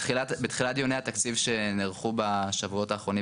בתחילת דיוני התקציב שנערכו בשבועות האחרונים